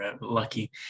lucky